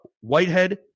Whitehead